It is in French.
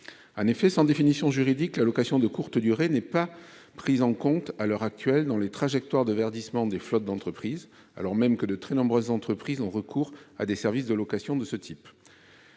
En effet, en l'absence de définition juridique, la location de courte durée n'est pas prise en compte à l'heure actuelle dans les trajectoires de verdissement des flottes d'entreprise, alors même que de très nombreuses entreprises ont recours à des services de location de ce type.